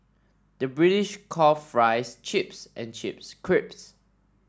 the British calls fries chips and chips crisps